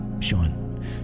Sean